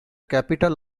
capital